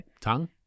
Tongue